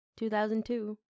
2002